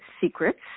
secrets